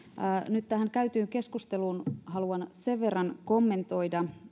nyt tähän käytyyn keskusteluun haluan sen verran kommentoida